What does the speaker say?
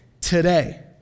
today